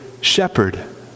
shepherd